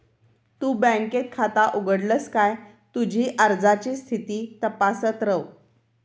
तु बँकेत खाता उघडलस काय तुझी अर्जाची स्थिती तपासत रव